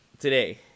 today